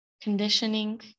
conditioning